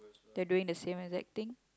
they are doing the same exact thing